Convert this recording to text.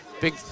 Big